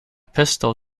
pistol